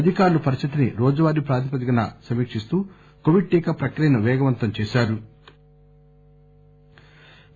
అధికారులు పరిస్థితిని రోజువారి ప్రాతిపదికన సమీకిస్తూ కోవిడ్ టీకా ప్రక్రియను పేగవంతం చేశారు